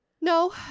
No